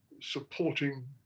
supporting